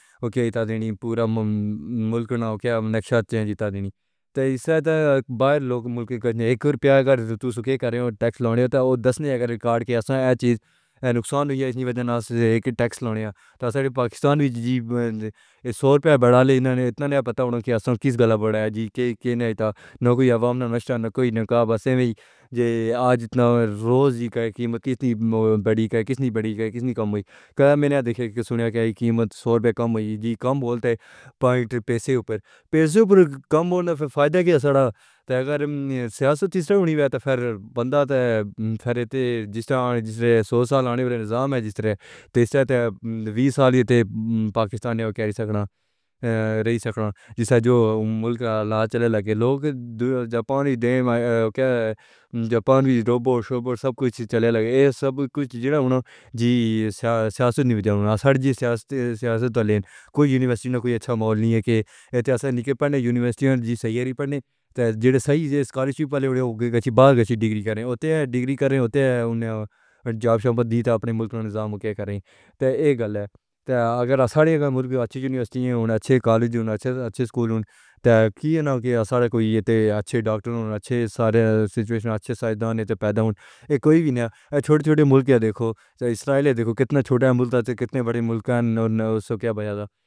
اوکے، یہاں تادینی پورا ملک نہ ہوگیا نقشہ چینج تادینی تے ساتھ باہر لوگ ملک کا ایک روپیہ اگر تو سُکھے کریں ٹیکس لانیا ہوتا ہے دس نہیں ہے اگر ریکارڈ کی اسے ایک چیز نقصان ہو گیا ہے نہ ایک ٹیکس لانیا ہے۔ پاکستان بھی سو روپے بڑھا لے۔ انہوں نے اتنا ہی اپتا ہونا کہ آسان کس گلا بڑھایا ہے کے نہیں تاں نا کوئی عوام نہ نشریات نا کوئی نقاب آ سے ہی آج اتنا روز جی کی قیمت بڑی کیسی بڑی کیسی کم ہوئی ہے۔ میں نے یہ نہیں دیکھا یا سنا کہ یہ قیمت سو روپے کم ہوئی ہے جی کم بولتے پوانٹ پیسے اوپر پیسے اوپر کم ہونا پھر فائدہ کیا ہے سارا اگر سیاست اُڑی سڑی ہوئی ہے تو فرندا تے فرتے جس طرح سوسال آنے والے نظام ہے جس طرح تیسری ویس سال تے پاکستان رہ سکتا ہوں، جیسا جو ملک کا لا چلے لگے لوگ دو جاپان دی جاپان بھی روبو سروو سب کچھ چلے لگے یہ سب کچھ جیسی سیاست نہیں ہوتی اپنی سیاست سے سیاست تے لیں کوئی یونیورسٹی نہ کوئی اچھا ماحول نہیں ہے کہ یونیورسٹی کی صحیح پڑھی تے جو صحیح اسکالرشپ پالے ہوئے وہ کچھ باہر کچھ ڈگری کریں، اُتے ڈگری کریں، اُتے انہوں نے جاب شعبہ اپنے ملک کا نظام کریں تے یہ گال ہے اگر گھر میں اچھی یونیورسٹیز ہوئی ہیں، اچھے کالجوں میں اچھے اچھے سکولوں تاکہ اس کے آس پاس کوئی اچھے ڈاکٹرز ہونے اچھے سارے سیچوئیشن اچھے سائنس دان پیداشون۔ ایک کوئی بھی نہیں چھوٹے چھوٹے ملک کیا دیکھو تو اسرائیل دیکھو کتنے چھوٹے ملک تھا، کتنے بڑے ملک ہے سو کیا بہزا